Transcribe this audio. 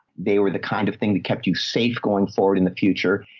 they were the kind of thing that you safe going forward in the future.